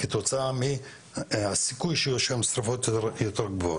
כתוצאה מהסיכוי שיהיו שם שריפות יותר גבוה.